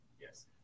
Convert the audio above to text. Yes